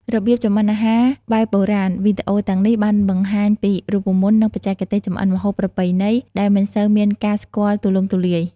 របៀបចម្អិនអាហារបែបបុរាណ វីដេអូទាំងនេះបានបង្ហាញពី រូបមន្ត និងបច្ចេកទេសចម្អិនម្ហូបប្រពៃណី ដែលមិនសូវមានគេស្គាល់ទូលំទូលាយ។